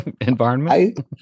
environment